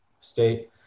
State